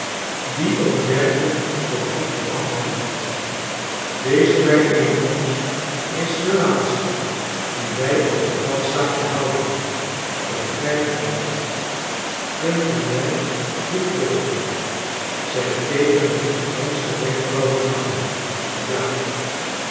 die ook werkelijk voorgoed afhandelt deze bijeenkomst is de laatste die wij over dat zaakje houden begrijpt u dat kimt u mij goed volgen zij keek hem met gefronste wenkbrauwen aan ja